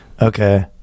Okay